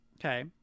Okay